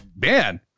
man